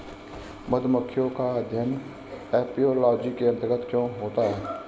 मधुमक्खियों का अध्ययन एपियोलॉजी के अंतर्गत क्यों होता है?